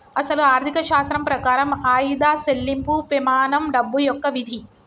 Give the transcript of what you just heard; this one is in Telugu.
అసలు ఆర్థిక శాస్త్రం ప్రకారం ఆయిదా సెళ్ళింపు పెమానం డబ్బు యొక్క విధి